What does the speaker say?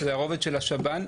שזה הרובד של השב"ן,